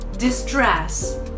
Distress